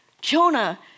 Jonah